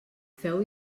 feu